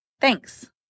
Thanks